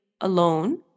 alone